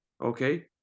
okay